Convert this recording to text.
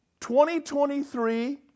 2023